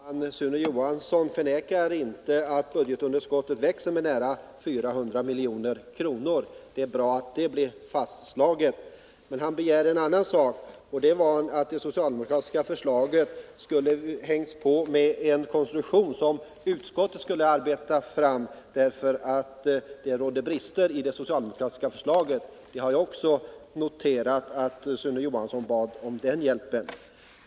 Herr talman! Sune Johansson förnekar inte att budgetunderskottet växer med nära 400 milj.kr. Det är bra att det blir fastslaget. Men Sune Johansson begärde en annan sak, och det var att man skulle ha hängt på det socialdemokratiska förslaget en konstruktion som utskottet skulle arbeta fram, därför att det råder brister i det socialdemokratiska förslaget. Jag har noterat att Sune Johansson bad om den hjälpen.